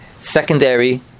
secondary